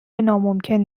ناممکن